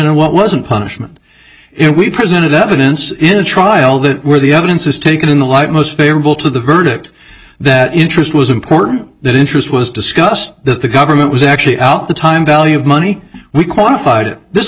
and what wasn't punishment if we presented evidence in a trial that where the evidence is taken in the light most favorable to the verdict that interest was important that interest was discussed that the government was actually out the time value of money we quantified it this